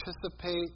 participate